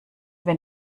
wenn